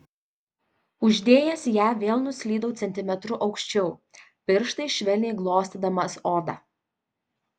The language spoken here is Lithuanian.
uždėjęs ją vėl nuslydau centimetru aukščiau pirštais švelniai glostydamas odą